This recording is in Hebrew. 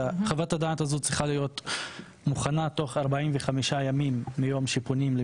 חוות הדעת הזאת צריכה להיות מוכנה תוך 45 ימים מיום שפונים.